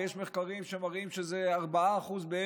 ויש מחקרים שמראים שזה 4% בערך,